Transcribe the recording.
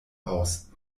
aus